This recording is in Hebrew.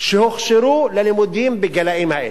שהוכשרו ללמד את הגילאים האלה?